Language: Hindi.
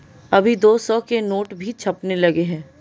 अभी दो सौ के नोट भी छपने लगे हैं